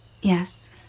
Yes